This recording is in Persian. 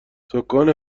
سـکان